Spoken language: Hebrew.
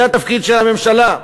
זה התפקיד של הממשלה,